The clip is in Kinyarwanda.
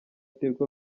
tigo